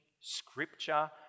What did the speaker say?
scripture